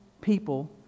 people